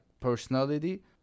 personality